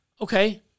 Okay